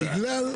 בגלל.